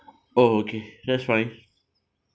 oh okay that's fine